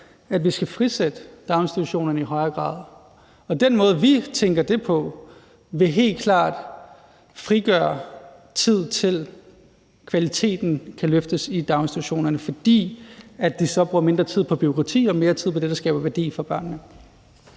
at vi skal frisætte daginstitutionerne i højere grad, og den måde, vi tænker det på, vil helt klart frigøre tid til, at kvaliteten kan løftes i daginstitutionerne, fordi de så bruger mindre tid på bureaukrati og mere tid på det, der skaber værdi for børnene.